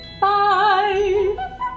Bye